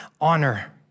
honor